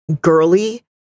girly